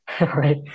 right